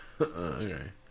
Okay